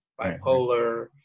bipolar